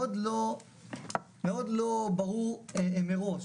מאוד לא ברור מראש,